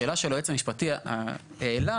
השאלה שהיועץ המשפטי העלה,